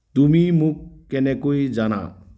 তুমি মোক কেনেকৈ জানা